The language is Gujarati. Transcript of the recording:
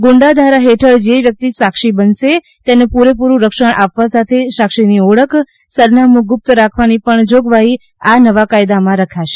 ગુંડા ધારા હેઠળ જે વ્યકિત સાક્ષી બનશે તેને પુરેપુરૂ રક્ષણ આપવા સાથે સાક્ષીની ઓળખ સરનામું ગુપ્ત રાખવાની જોગવાઈ નવા કાયદા માં રખાશે